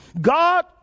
God